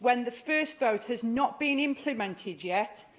when the first vote has not been implemented yet?